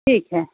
ठीक है